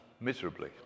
miserably